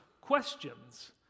questions